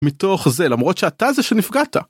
מתוך זה למרות שאתה זה שנפגעת